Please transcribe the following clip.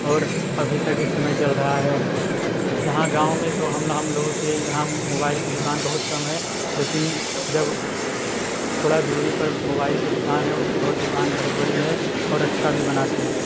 और अभी तक इस समय चल रहा है यहाँ गाँव में तो हम न हम लोगों के यहाँ मोबाइल की दुकान बहुत कम है लेकिन जब थोड़ा दूरी पर मोबाइल की दुकान है उनकी बहुत दुकान बहुत बड़ी है और अच्छा भी बनाते हैं वह